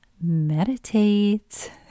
meditate